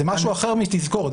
זה משהו אחר מתזכורת.